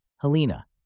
Helena